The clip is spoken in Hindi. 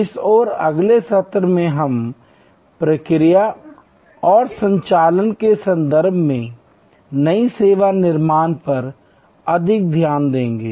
इस और अगले सत्र में हम प्रक्रिया और संचालन के संदर्भ में नई सेवा निर्माण पर अधिक ध्यान देंगे